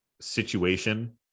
situation